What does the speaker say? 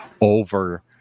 over